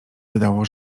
wydało